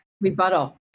Rebuttal